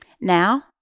Now